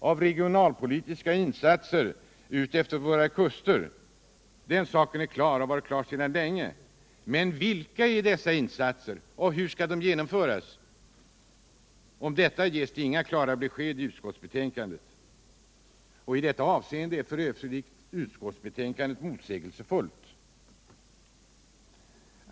—av regionalpolitiska insatser längs våra kuster är ju en sak som är klarlagd sedan länge. men vilka är dessa insatser och hur skall de genomföras? Om detta ges det inga klara besked i betänkandet. I det avseendet är f. ö. utskottsbetänkandet motsägelsefullt.